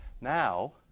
Now